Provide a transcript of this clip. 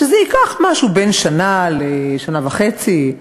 שזה ייקח משהו בין שנה לשנה וחצי.